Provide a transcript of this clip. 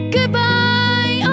Goodbye